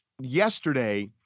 yesterday